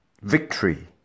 Victory